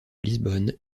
lisbonne